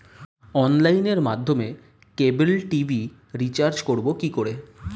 অনলাইনের মাধ্যমে cable TV recharge করব কি করে?